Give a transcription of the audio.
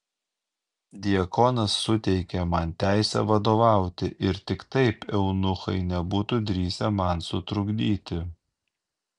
diakonas suteikė man teisę vadovauti ir tik taip eunuchai nebūtų drįsę man sutrukdyti